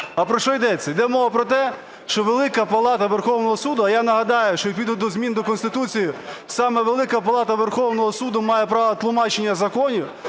А про що йдеться? Йде мова про те, що Велика Палата Верховного Суду, а я нагадаю, що відповідно до змін до Конституції саме Велика Палата Верховного Суду має право тлумачення законів,